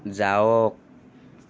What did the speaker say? যাওক